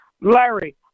Larry